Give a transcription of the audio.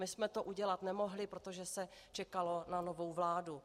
My jsme to udělat nemohli, protože se čekalo na novu vládu.